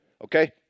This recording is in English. Okay